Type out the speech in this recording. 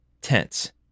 tense